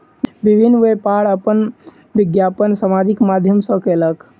विभिन्न व्यापार अपन विज्ञापन सामाजिक माध्यम सॅ कयलक